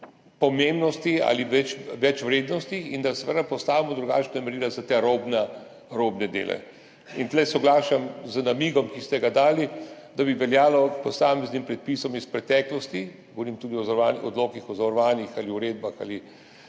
pomembnosti ali večvrednosti in da seveda postavimo drugačna merila za te robne dele. In tu soglašam z namigom, ki ste ga dali, da bi veljalo posamezne predpise iz preteklosti, govorim tudi o odlokih o zavarovanjih ali uredbah ali